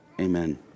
Amen